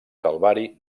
calvari